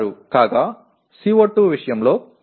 కాగా CO2 విషయంలో 7